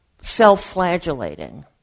self-flagellating